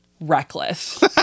Reckless